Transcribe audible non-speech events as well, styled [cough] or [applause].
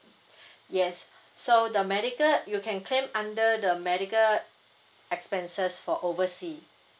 [breath] yes so the medical you can claim under the medical expenses for oversea